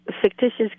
fictitious